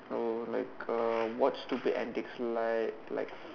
oh like uh what stupid antics like like